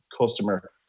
customer